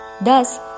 Thus